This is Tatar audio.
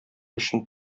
өчен